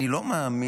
אני לא מאמין